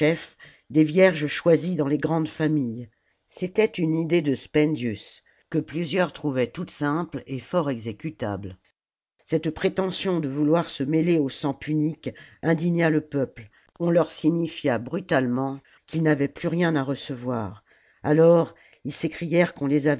des vierges choisies dans les grandes familles c'était une idée de spendius que plusieurs trouvaient toute simple et fort exécutable salammbo jj cette prétention de vouloir se mêler au sang punique indigna le peuple on leur signifia brutalement qu'ils n'avaient plus rien à recevoir alors ils s'écrièrent qu'on les